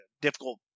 difficult